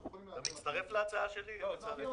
אנחנו יכולים להעביר לכם אותה.